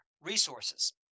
resources